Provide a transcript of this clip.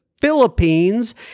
Philippines